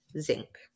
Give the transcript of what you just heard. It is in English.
Zinc